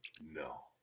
No